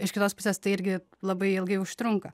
iš kitos pusės tai irgi labai ilgai užtrunka